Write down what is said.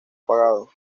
apagado